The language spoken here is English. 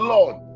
Lord